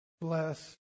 bless